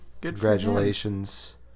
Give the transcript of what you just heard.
congratulations